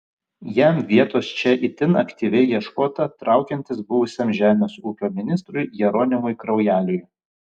jam vietos čia itin aktyviai ieškota traukiantis buvusiam žemės ūkio ministrui jeronimui kraujeliui